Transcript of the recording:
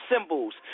symbols